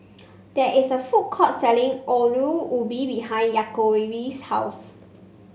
there is a food court selling Ongol Ubi behind Yaakov's house